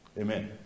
Amen